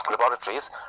laboratories